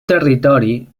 territori